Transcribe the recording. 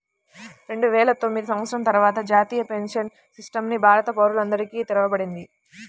రెండువేల తొమ్మిది సంవత్సరం తర్వాత జాతీయ పెన్షన్ సిస్టమ్ ని భారత పౌరులందరికీ తెరవబడింది